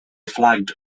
flagged